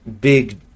big